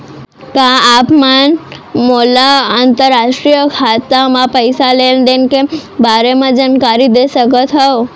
का आप मन मोला अंतरराष्ट्रीय खाता म पइसा लेन देन के बारे म जानकारी दे सकथव?